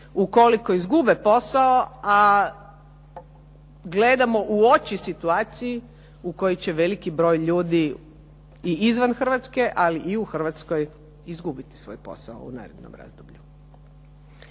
ukoliko izgube posao a gledamo u oči situaciji u kojoj će veliki broj ljudi i izvan Hrvatske, ali i u Hrvatskoj izgubiti svoj posao u narednom razdoblju.